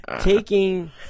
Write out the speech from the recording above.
taking